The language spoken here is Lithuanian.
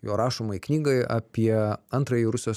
jo rašomai knygai apie antrąjį rusijos